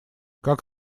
как